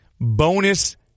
bonus